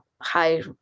high